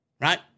right